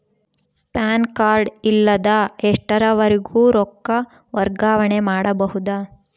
PAN card ಇಲ್ಲದ ಎಷ್ಟರವರೆಗೂ ರೊಕ್ಕ ವರ್ಗಾವಣೆ ಮಾಡಬಹುದು?